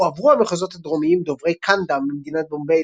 הועברו המחוזות הדרומיים דוברי קאנדה ממדינת בומביי